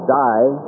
die